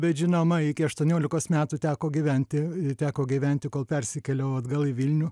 bet žinoma iki aštuoniolikos metų teko gyventi teko gyventi kol persikėliau atgal į vilnių